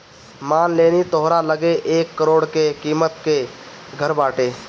मान लेनी तोहरा लगे एक करोड़ के किमत के घर बाटे